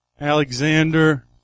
Alexander